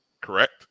correct